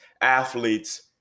athletes